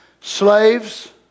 Slaves